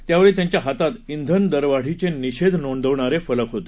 यावेळी त्यांच्या हातात इंधन दरवाढीचे निषेध नोंदवणारे फलक होते